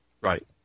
Right